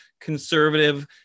conservative